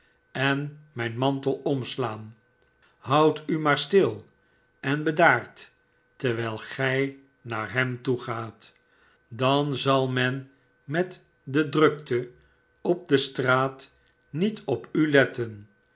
sen mijn mantel omslaan houd u maar stil en bedaard terwijl gij naar hem toe gaat dan zal men met de drukte op de straat met op u